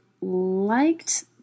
liked